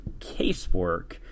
casework